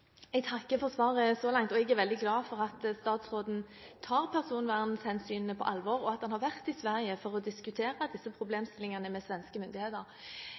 Jeg takker for svaret så langt, og jeg er veldig glad for at statsråden tar personvernhensynene på alvor, og at han har vært i Sverige for å diskutere disse problemstillingene med svenske myndigheter.